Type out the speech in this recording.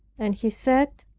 and he said,